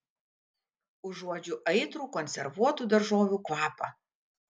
užuodžiu aitrų konservuotų daržovių kvapą